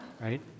right